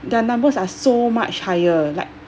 their numbers are so much higher like